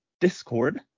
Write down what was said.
discord